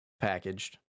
packaged